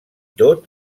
tot